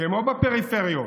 כמו בפריפריות,